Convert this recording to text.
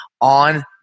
on